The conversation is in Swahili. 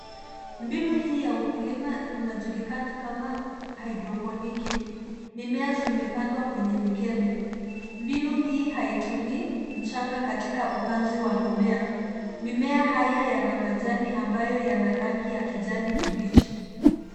Mbinu hii ya ukulima unajulikana kama haidroponiki. Mimea zimepandwa kwenye mikebe . Mbinu hii haitumii mchanga katika upanzi wa mimea. Mimea haya yana majani ambayo yana rangi ya kijani kibichi.